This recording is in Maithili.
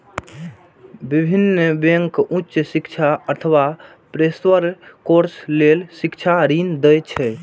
विभिन्न बैंक उच्च शिक्षा अथवा पेशेवर कोर्स लेल शिक्षा ऋण दै छै